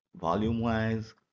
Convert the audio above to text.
Volume-wise